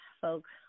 folks